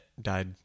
died